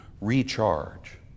recharge